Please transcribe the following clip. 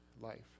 life